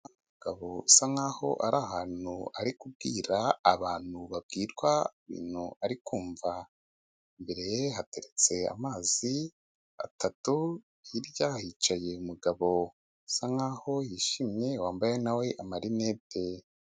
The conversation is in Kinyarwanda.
Umugabo usa nkaho ari ahantu ari kubwira abantu babwirwa ibintu ari kumva, imbere ye hateretse amazi atatu, hirya hicaye umugabo usa nkaho yishimye wambaye nawe amarinete.